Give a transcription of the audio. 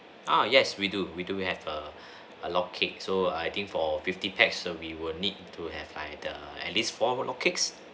ah yes we do we do we have a a log cake so I think for fifty pax we will need to have either at least four more log cakes